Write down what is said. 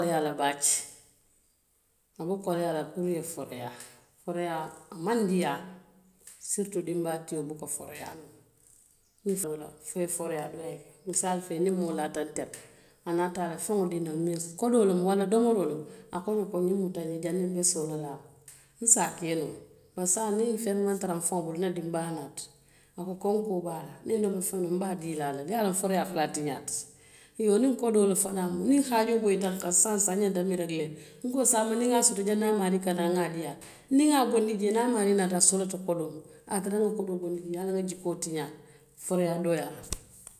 A be koleyaa bake, a be koleyaa puru i foroyaa. Foroyaa a maŋ diyaa, siritu dimbaayaa tio i foroyaa noo. Misaalifee niŋ moo laata nte la, a ye ala feŋ dii nnaa niŋ kodoo le mu waraŋ domoroo a ko nñe ko ñiŋ muta nñe janniŋ nbe soolaa a ma, nse a kee noo le. Bari saayiŋ niŋ feŋ maŋ tara nfaŋo bulu n na dinbaayaa naata a ko konkoo be a la, niŋ domoofeŋo le mu nbe a dii ala, i ye a loŋ foroyaa fele a tiñaata, i yoo kodoo le fanaŋ ne mu. Niŋ haajoo boyitaŋ nkaŋ saayiŋ saayiŋ nñanta muŋ rege la n ko saama niŋ nŋa soto niŋ a maarii naata nŋa a dii ala. Niŋ nŋa doo bondi jee niŋ a maarii naata niŋ a soolata kodoo la, a ye a tara ŋŋa doo boondi jee, i ye a loŋ nŋa jikoo le tiñaa le, ko foroyaa dooyaata.